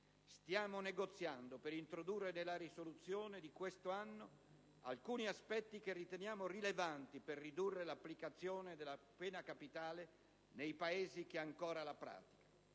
Stiamo negoziando per introdurre nella risoluzione di quest'anno alcuni aspetti che riteniamo rilevanti per ridurre l'applicazione della pena capitale nei Paesi che ancora la praticano.